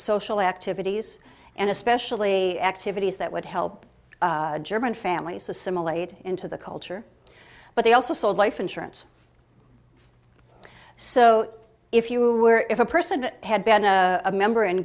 social activities and especially activities that would help german families assimilate into the culture but they also sold life insurance so if you were if a person had been a member in